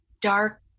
dark